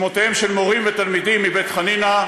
שמותיהם של מורים ותלמידים מבית-חנינא,